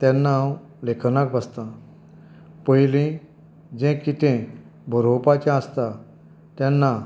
तेन्ना हांव लेखनाक बसता पयली जें कितें बोरोवपाचें आसता तेन्ना